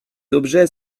objets